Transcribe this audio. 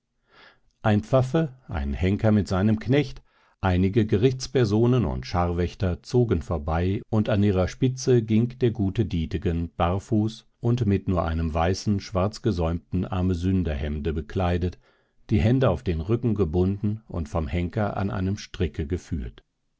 ein pfaffe ein henker mit seinem knecht einige gerichtspersonen und scharwächter zogen vorbei und an ihrer spitze ging der gute dietegen barfuß und nur mit einem weißen schwarzgesäumten armesünderhemde bekleidet die hände auf den rücken gebunden und vom henker an einem stricke geführt